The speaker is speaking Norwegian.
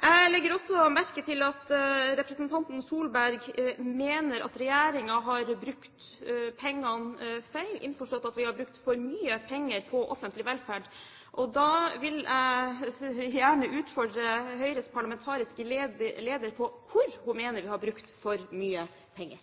Jeg legger også merke til at representanten Solberg mener at regjeringen har brukt pengene feil, innforstått at vi har brukt for mye penger på offentlig velferd. Da vil jeg gjerne utfordre Høyres parlamentariske leder på hvor hun mener vi har brukt for mye penger.